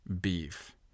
beef